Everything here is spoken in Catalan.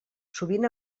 sovint